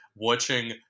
watching